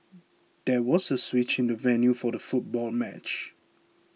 there was a switch in the venue for the football match